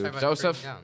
Joseph